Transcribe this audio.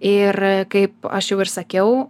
ir kaip aš jau ir išsakiau